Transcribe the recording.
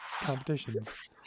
competitions